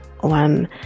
one